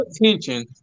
attention